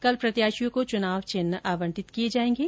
कत प्रत्याशियों को चुनाव चिन्ह आवंटित किए जाएंगे